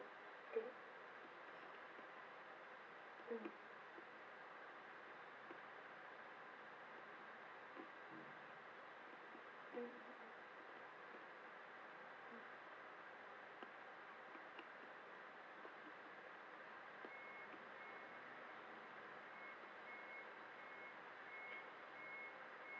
do we mm mm